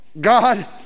God